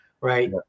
right